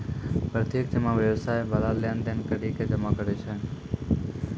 प्रत्यक्ष जमा व्यवसाय बाला लेन देन करि के जमा करै छै